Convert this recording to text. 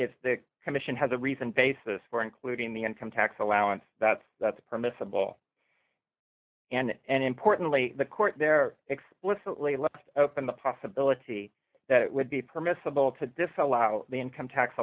if the commission has a reason basis for including the income tax allowance that's that's permissible and importantly the court there explicitly left open the possibility that it would be permissible to disallow the income tax